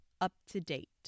up-to-date